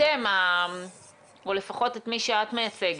אתם, לפחות מי שאת מייצגת,